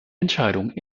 entscheidung